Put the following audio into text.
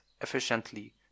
efficiently